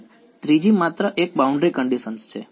વિદ્યાર્થી ત્રીજી માત્ર એક બાઉન્ડ્રી કંડીશન છે